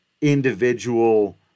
individual